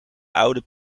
oude